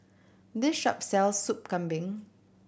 this shop sells Sup Kambing